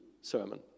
sermon